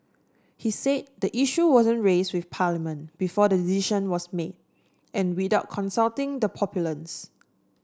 he said the issue wasn't raised with Parliament before the decision was made and without consulting the populace